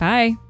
Bye